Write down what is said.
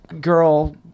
girl